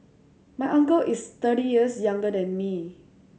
my uncle is thirty years younger than me